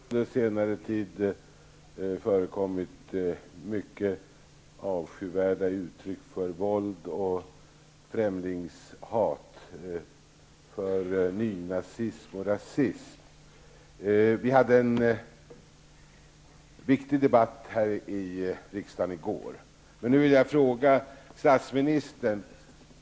Fru talman! Det har under den senaste tiden förekommit mycket avskyvärda uttryck för våld och främlingshat, för nynazism och rasism. Vi hade en viktig debatt här i riksdagen i går. Och jag vill nu ställa följande frågor till statsministern.